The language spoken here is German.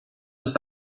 ist